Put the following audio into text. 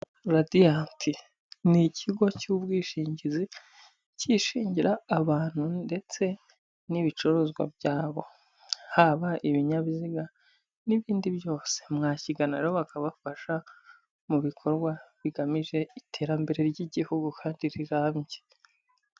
Radiant ni ikigo cy'ubwishingizi cyishingira abantu ndetse n'ibicuruzwa byabo, haba ibinyabiziga n'ibindi byose. Mwakigana rero bakabafasha mu bikorwa bigamije iterambere ry'Igihugu kandi rirambye.